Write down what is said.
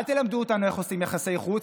אל תלמדו אותנו איך עושים יחסי חוץ,